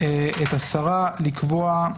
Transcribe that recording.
את השרה לקבוע,